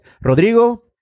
Rodrigo